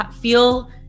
feel